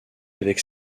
avec